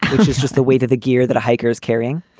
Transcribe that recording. which is just the weight of the gear that a hiker is carrying.